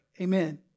Amen